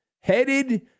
headed